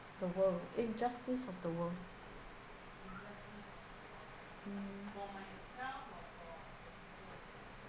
the world injustice of the world mm